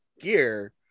gear